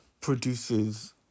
produces